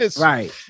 Right